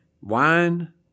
wine